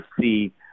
see